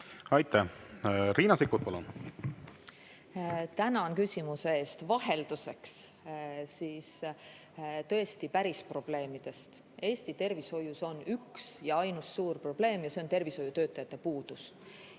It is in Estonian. Aitäh! Riina Sikkut, palun!